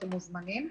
אתם מוזמנים.